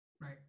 right